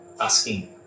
asking